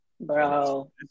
Bro